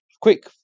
quick